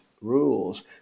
rules